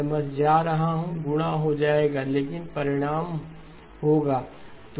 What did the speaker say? मैं बस जा रहा हूं गुणा हो जाएगा लेकिन परिणाम होगा